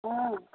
हॅं